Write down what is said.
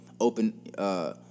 open